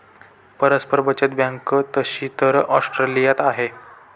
परस्पर बचत बँक तशी तर ऑस्ट्रेलियात आहे